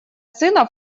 сына